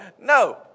No